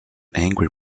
angry